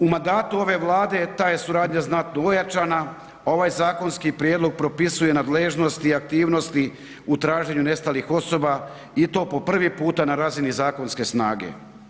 U mandatu ove Vlade ta je suradnja znatno ojačana, a ovaj zakonski prijedlog propisuje nadležnosti i aktivnosti u traženju nestalih osoba i to prvi puta na razini zakonske snage.